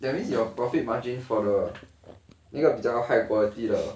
that means your profit margin for the 那个比较 high quality 的